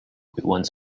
want